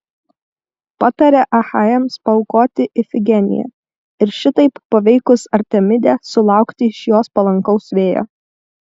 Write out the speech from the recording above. patarė achajams paaukoti ifigeniją ir šitaip paveikus artemidę sulaukti iš jos palankaus vėjo